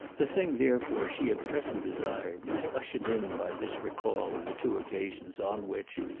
the thing therefore she at present desired was ushered in by this recall of the two occasions on which,